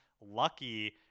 lucky